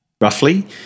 Roughly